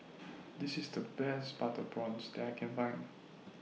This IS The Best Butter Prawns that I Can Find